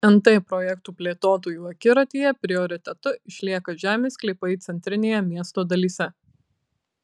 nt projektų plėtotojų akiratyje prioritetu išlieka žemės sklypai centrinėje miesto dalyse